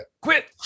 quit